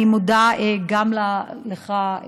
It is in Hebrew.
אני מודה גם לך,